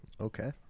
okay